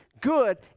Good